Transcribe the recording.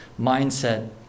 mindset